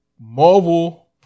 Marvel